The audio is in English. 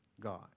God